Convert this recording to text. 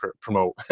promote